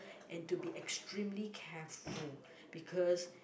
and to be extremely careful because